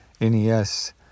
NES